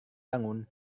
bangun